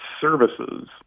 services